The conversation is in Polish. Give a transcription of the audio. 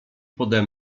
pode